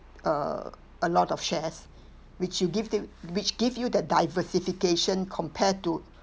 err a lot of shares which you give till which give you that diversification compare to